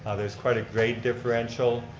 ah there's quite a grade differential.